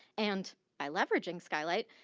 and by leveraging skylight,